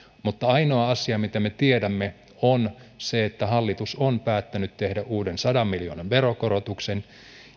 mutta ainoa asia minkä me tiedämme on se että hallitus on päättänyt tehdä uuden sadan miljoonan veronkorotuksen